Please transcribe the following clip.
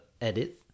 edit